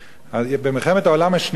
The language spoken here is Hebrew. במלחמת העולם השנייה,